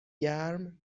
گرم